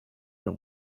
than